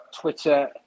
Twitter